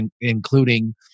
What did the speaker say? including